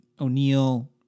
O'Neill